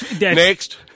Next